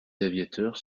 aviateurs